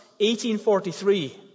1843